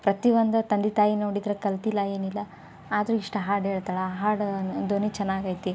ಪ್ರತಿ ಒಂದು ತಂದೆ ತಾಯಿ ನೋಡಿದ್ರೆ ಕಲಿತಿಲ್ಲ ಏನಿಲ್ಲ ಆದರೂ ಇಷ್ಟು ಹಾಡು ಹೇಳ್ತಾಳೆ ಹಾಡು ಧ್ವನಿ ಚೆನ್ನಾಗೈತಿ